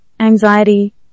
anxiety